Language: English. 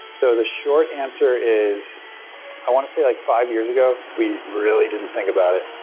so the short answer is i want to say like five years ago, we really didn't think about it.